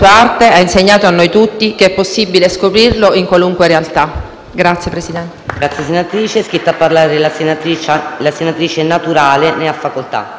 Grazie, Presidente.